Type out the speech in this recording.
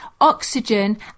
oxygen